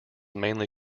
mainly